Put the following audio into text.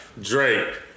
Drake